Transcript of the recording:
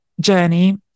journey